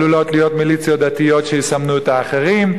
עלולות להיות מיליציות דתיות שיסמנו את האחרים,